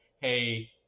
hey